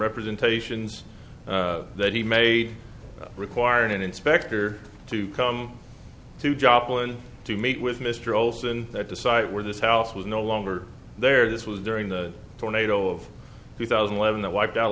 representations that he may require an inspector to come to joplin to meet with mr olsen at the site where this house was no longer there this was during the tornado of two thousand and eleven that wiped out a